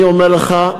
אני אומר לך,